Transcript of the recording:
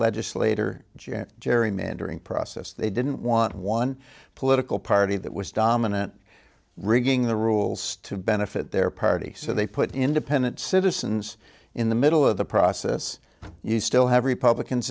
legislator jam gerrymandering process they didn't want one political party that was dominant rigging the rules to benefit their party so they put independent citizens in the middle of the process you still have republicans